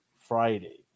Friday